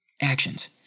Actions